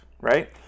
right